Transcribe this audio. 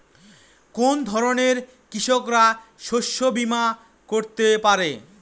কোন ধরনের কৃষকরা শস্য বীমা করতে পারে?